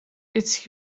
its